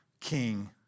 King